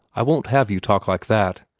i won't have you talk like that!